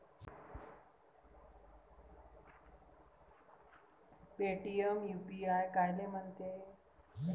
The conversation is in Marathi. पेटीएम यू.पी.आय कायले म्हनते?